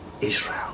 Israel